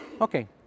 Okay